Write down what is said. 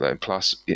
Plus